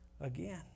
again